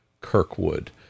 Kirkwood